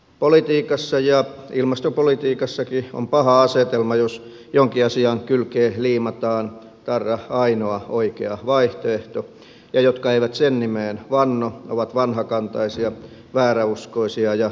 politiikassa ja ilmastopolitiikassakin on paha asetelma jos jonkin asian kylkeen liimataan tarra ainoa oikea vaihtoehto ja jotka eivät sen nimeen vanno ovat vanhakantaisia vääräuskoisia ja tietämättömiä